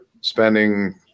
spending